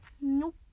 Nope